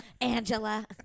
Angela